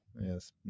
Yes